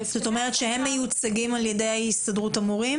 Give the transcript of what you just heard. זאת אומרת שהם מיוצגים על ידי ההסתדרות הכללית החדשה.